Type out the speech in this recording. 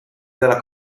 della